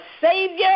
Savior